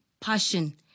passion